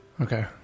Okay